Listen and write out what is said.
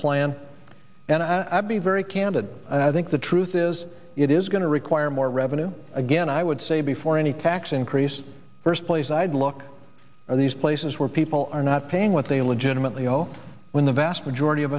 plan and i'll be very candid and i think the truth is it is going to require more revenue again i would say before any tax increase first place i'd look at these places where people are not paying what they legitimately owe when the vast majority of